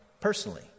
personally